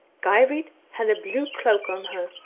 geirrid had a blue cloak on her.